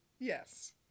Yes